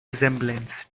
resemblance